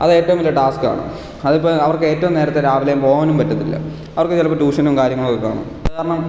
അത് ഏറ്റവും വലിയ ടാസ്കാണ് അതിപ്പോൾ അവർക്ക് ഏറ്റവും നേരത്തെ രാവിലെ പോകാനും പറ്റത്തില്ല അവർക്ക് ചിലപ്പോൾ ട്യൂഷനും കാര്യങ്ങളുമൊക്കെ കാണും കാരണം